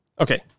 Okay